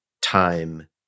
time